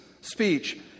Speech